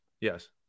Yes